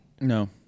No